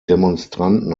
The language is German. demonstranten